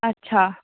अच्छा